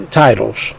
titles